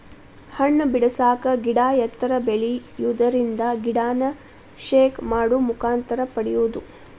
ಹಣ್ಣ ಬಿಡಸಾಕ ಗಿಡಾ ಎತ್ತರ ಬೆಳಿಯುದರಿಂದ ಗಿಡಾನ ಶೇಕ್ ಮಾಡು ಮುಖಾಂತರ ಪಡಿಯುದು